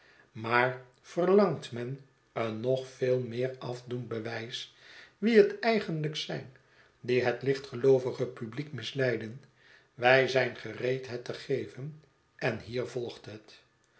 maar verlangt men een nog veel meer afdoend bewijs wie het eigenlijk zijn die het lichtgeloovige publiek misleiden wij zijn gereed het te geven en hier volgt het